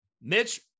Mitch